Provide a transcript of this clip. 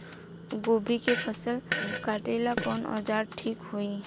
गोभी के फसल काटेला कवन औजार ठीक होई?